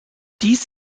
dies